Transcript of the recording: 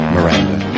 Miranda